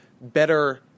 better